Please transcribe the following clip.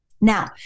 Now